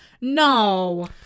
No